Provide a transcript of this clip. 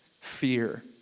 fear